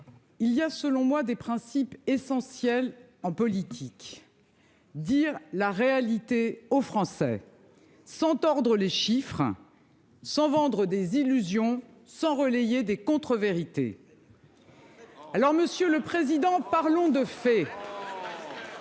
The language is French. il y a selon moi des principes essentiels en politique : dire la réalité aux Français sans tordre les chiffres, sans vendre d'illusions et sans relayer des contrevérités. Très bien ! Aussi, parlons de faits.